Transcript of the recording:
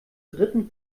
dritten